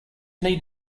need